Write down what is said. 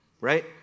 right